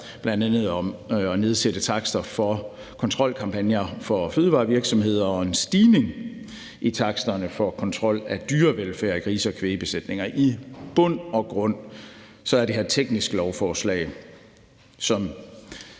bl.a. om at nedsætte takster for kontrolkampagner i forhold til fødevarevirksomheder og en stigning i taksterne for kontrol af dyrevelfærd i grise- og kvægbesætninger. I bund og grund er det her et teknisk lovforslag,